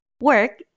work